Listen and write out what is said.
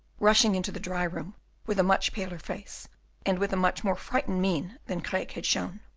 rushing into the dry-room with a much paler face and with a much more frightened mien than craeke had shown.